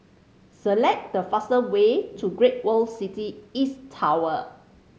select the fast way to Great World City East Tower